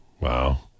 Wow